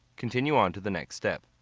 continue on to the next step.